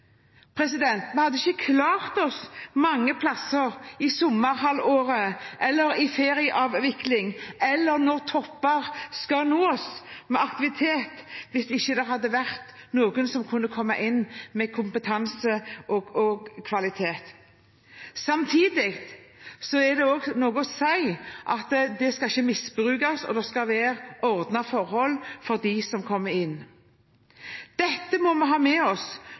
hadde ikke klart seg i sommerhalvåret, under ferieavvikling eller når aktivitettopper nås, hvis det ikke hadde vært noen som kunne komme inn med kompetanse og kvalitet. Samtidig må det også sies at det ikke skal misbrukes, og det skal være ordnede forhold for dem som kommer inn. Dette må vi ha med oss